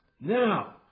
now